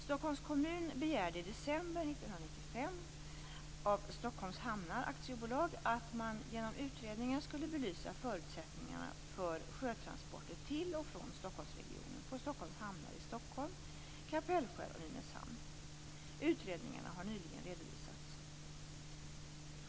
Stockholms kommun begärde i december 1995 av Stockholms Hamnar AB att man genom utredningar skulle belysa förutsättningarna för sjötransporter till och från Stockholmsregionen på Stockholms hamnar i Stockholm, Kapellskär och Nynäshamn . Utredningarna har nyligen redovisats.